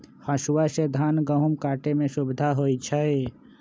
हसुआ से धान गहुम काटे में सुविधा होई छै